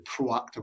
proactive